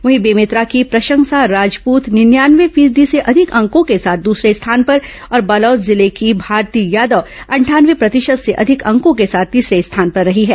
वहीं बेमेतरा की प्रशंसा राजपूत निन्यानवे फीसदी से अधिक अंको के साथ दूसरे स्थान पर और बालोद जिले की भारती यादव अंठानवे प्रतिशत से अधिक अंकों के साथ तीसरे स्थान पर रही हैं